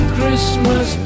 christmas